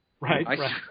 Right